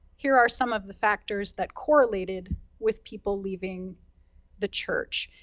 here are some of the factors that correlated with people leaving the church.